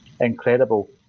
incredible